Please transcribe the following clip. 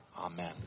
Amen